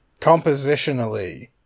compositionally